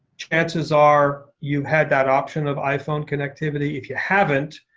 chances are you had that option of iphone connectivity. if you haven't,